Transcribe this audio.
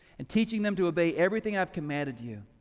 and teaching them to obey everything i've commanded you.